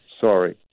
sorry